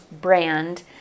brand